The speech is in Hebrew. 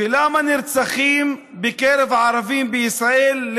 ולמה נרצחים בקרב הערבים בישראל,